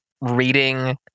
reading